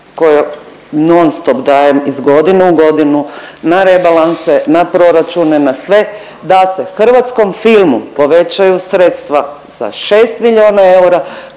koji non stop dajem iz godine u godinu na rebalanse, na proračune, na sve da se hrvatskom filmu povećaju sredstva za 6 milijuna eura